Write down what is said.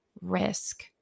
risk